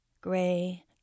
gray